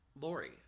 Lori